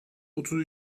otuz